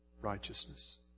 righteousness